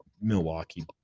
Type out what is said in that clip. Milwaukee